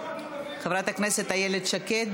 חברת הכנסת איילת שקד.